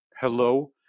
Hello